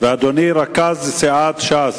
אדוני רכז סיעת ש"ס,